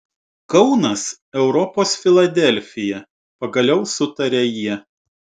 kaunas europos filadelfija pagaliau sutarė jie